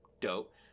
dope